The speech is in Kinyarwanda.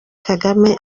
kagame